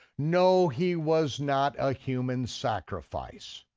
no, he was not a human sacrifice.